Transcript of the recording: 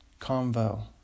convo